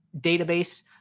database